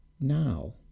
now